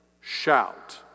Shout